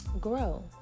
grow